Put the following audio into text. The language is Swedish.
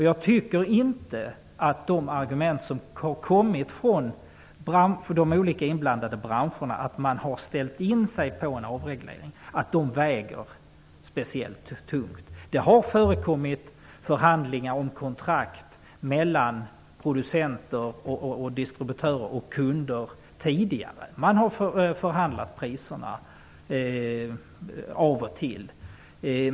Jag tycker däremot inte att argumentet från de olika inblandade branscherna, att de har ställt in sig på en avreglering, väger särskilt tungt. Det har tidigare förekommit förhandlingar om kontrakt mellan producenter och distributörer och kunder tidigare, och man har av och till förhandlat om priserna.